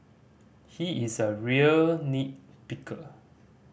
he is a real nit picker